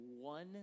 one